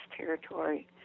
territory